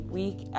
week